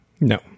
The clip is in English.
No